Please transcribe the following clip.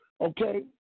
Okay